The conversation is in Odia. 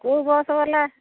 କେଉଁ ବସ୍ ବାଲା